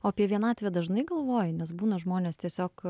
o apie vienatvę dažnai galvoji nes būna žmonės tiesiog